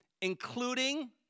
including